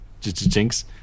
jinx